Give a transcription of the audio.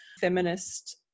feminist